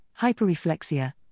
hyperreflexia